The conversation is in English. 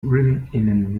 written